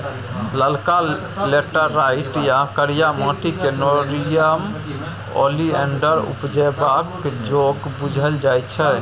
ललका लेटैराइट या करिया माटि क़ेँ नेरियम ओलिएंडर उपजेबाक जोग बुझल जाइ छै